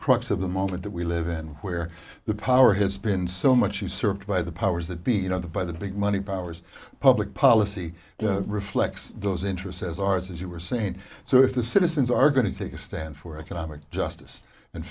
crux of the moment that we live in where the power has been so much you served by the powers that be you know the by the big money powers public policy that reflects those interests as ours as you were saying so if the citizens are going to take a stand for economic justice and